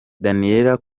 daniella